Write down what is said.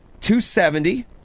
270